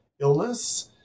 illness